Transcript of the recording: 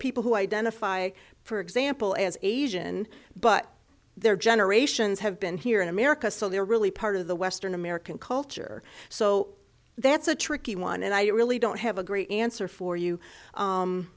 people who identify for example as asian but they're generations have been here in america so they're really part of the western american culture so that's a tricky one and i really don't have a great answer for you